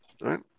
right